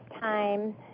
time